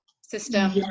system